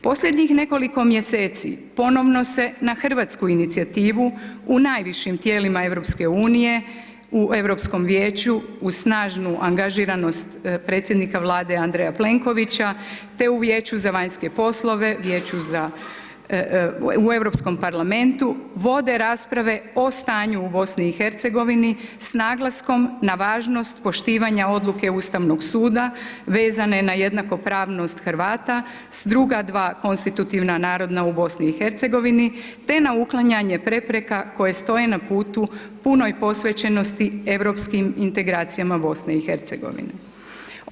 Posljednjih nekoliko mjeseci ponovno se na hrvatsku inicijativu u najvišim tijelima EU-a u Europskom vijeću uz snažnu angažiranost predsjednika Vlade Plenkovića te u Vijeću za vanjske poslove, u Europskom parlamentu, vode rasprave o stanju u BiH-u s naglaskom na važnost poštovanje odluke Ustavnog suda vezane na jednakopravnost Hrvata s druga dva konstitutivna naroda u BiH-u te na uklanjanje prepreka koje stoje na putu punoj posvećenosti europskim integracijama BiH-a.